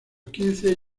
quince